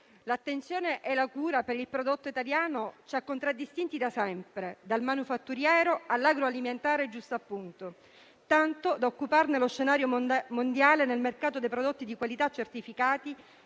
l'attenzione e la cura per il prodotto italiano ci hanno contraddistinto da sempre, dal manifatturiero all'agroalimentare, tanto da occupare lo scenario mondiale nel mercato dei prodotti di qualità certificati